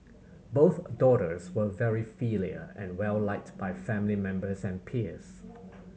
both daughters were very filial and well liked by family members and peers